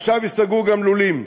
עכשיו ייסגרו גם לולים.